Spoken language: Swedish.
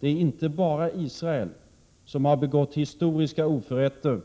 Det är inte bara Israel som har begått historiska oförrätter